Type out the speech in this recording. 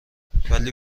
ولی